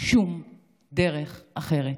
שום דרך אחרת.